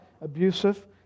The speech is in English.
abusive